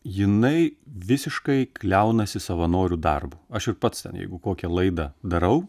jinai visiškai kliaunasi savanorių darbu aš ir pats ten jeigu kokią laidą darau